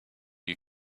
you